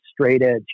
straight-edge